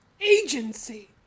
agency